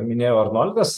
minėjo arnoldas